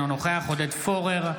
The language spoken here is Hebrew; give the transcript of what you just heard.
אינו נוכח עודד פורר,